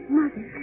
mother